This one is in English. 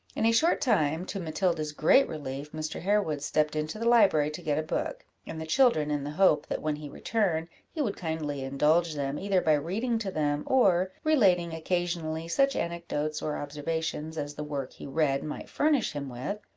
in a short time, to matilda's great relief, mr. harewood stepped into the library to get a book and the children, in the hope that, when he returned, he would kindly indulge them, either by reading to them, or relating occasionally such anecdotes or observations as the work he read might furnish him with,